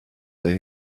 that